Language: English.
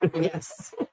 yes